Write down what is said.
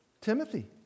Timothy